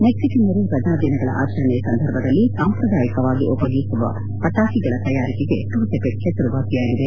ಮೆಕ್ಸಕನ್ನರು ರಜಾದಿನಗಳ ಆಚರಣೆ ಸಂದರ್ಭದಲ್ಲಿ ಸಾಂಪ್ರದಾಯಕವಾಗಿ ಉಪಯೋಗಿಸುವ ಪಟಾಕಿಗಳ ತಯಾರಿಕೆಗೆ ಟುಲ್ವೆಪಕ್ ಪೆಸರು ವಾಸಿಯಾಗಿದೆ